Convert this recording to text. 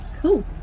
cool